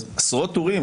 אז עשרות טורים,